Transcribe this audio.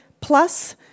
plus